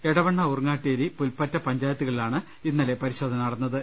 എട വണ്ണ ഊർങ്ങാട്ടിരി പുൽപറ്റ പഞ്ചായത്തുകളിലാണ് ഇന്നലെ പ്രിശോധന നടന്ന ത്